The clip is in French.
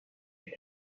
est